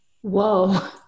Whoa